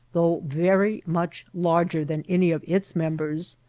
though very much larger than any of its members,